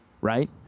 right